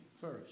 first